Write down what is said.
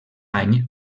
any